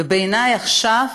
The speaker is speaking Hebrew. בעיני עכשיו